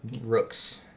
Rooks